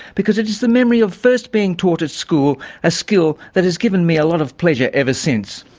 because it is the memory of first being taught at school a skill that has given me a lot of pleasure ever since.